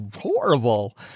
horrible